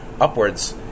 upwards